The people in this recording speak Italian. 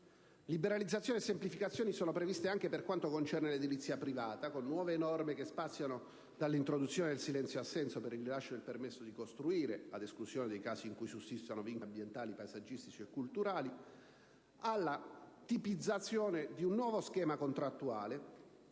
Liberalizzazioni e semplificazioni sono previste anche per quanto concerne l'edilizia privata, con nuove norme che spaziano dall'introduzione del silenzio assenso per il rilascio del permesso di costruire - ad esclusione dei casi in cui sussistano vincoli ambientali, paesaggistici e culturali - alla tipizzazione di un nuovo schema contrattuale